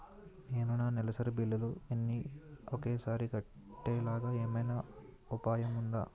నేను నా నెలసరి బిల్లులు అన్ని ఒకేసారి కట్టేలాగా ఏమైనా ఉపాయం ఉందా?